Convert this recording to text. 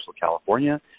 California